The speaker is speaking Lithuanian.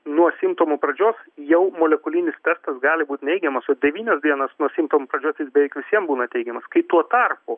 nuo simptomų pradžios jau molekulinis testas gali būt neigiamas o devynios dienos nuo simptomų pradžios jis beveik visiem būna teigiamas kai tuo tarpu